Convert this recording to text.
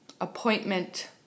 appointment